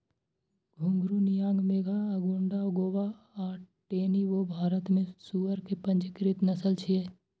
घूंघरू, नियांग मेघा, अगोंडा गोवा आ टेनी वो भारत मे सुअर के पंजीकृत नस्ल छियै